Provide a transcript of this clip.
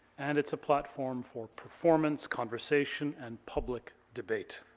and it's a platform for performance, conversation, and public debate.